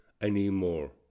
anymore